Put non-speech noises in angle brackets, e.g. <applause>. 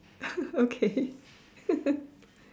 <laughs> okay <laughs>